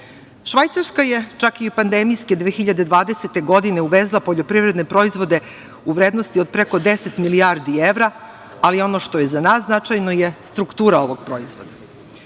šansa. Švajcarska je čak i pandemijske 2020. godine uvezla poljoprivredne proizvode u vrednosti od preko 10 milijardi evra, ali ono što je za nas značajno je struktura ovog proizvoda. Pored